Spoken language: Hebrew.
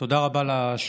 תודה רבה לשואלים,